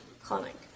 Clinic